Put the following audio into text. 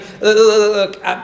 look